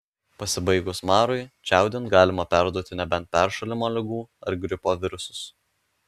pasibaigus marui čiaudint galima perduoti nebent peršalimo ligų ar gripo virusus